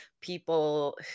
people